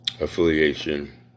affiliation